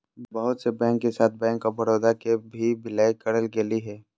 बहुत से बैंक के साथ बैंक आफ बडौदा के भी विलय करेल गेलय हें